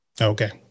okay